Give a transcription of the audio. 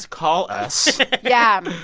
call us yeah.